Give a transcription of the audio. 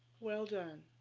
well done.